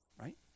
Right